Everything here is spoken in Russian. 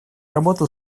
работу